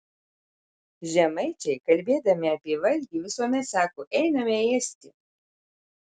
žemaičiai kalbėdami apie valgį visuomet sako einame ėsti